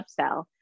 upsell